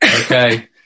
okay